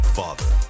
father